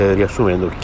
riassumendo